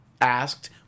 asked